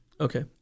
Okay